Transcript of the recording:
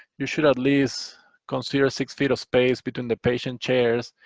you should at least consider six feet of space between the patient chairs,